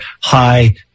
high